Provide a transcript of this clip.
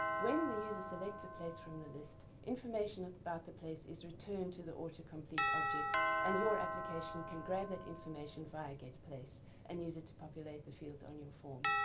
when we use a selected place from the list information about the place is returned to the autocompete object and your application can grab that information via getplace and use it to populate the fields on your form.